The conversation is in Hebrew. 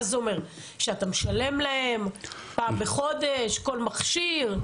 מה זה אומר, שאתה משלם להם פעם בחודש, כל מכשיר?